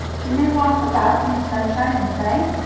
can they walk about in the sunshine and play?